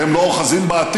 הרי הם לא אוחזים בעתיד.